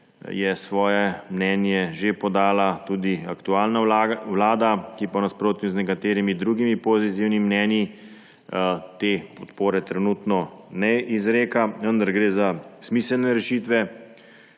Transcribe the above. je svoje mnenje že podala tudi aktualna vlada, ki pa v nasprotju z nekaterimi drugimi pozitivnimi mnenji te podpore trenutno ne izreka. Vendar gre za smiselne rešitve,